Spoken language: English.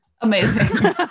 Amazing